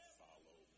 follow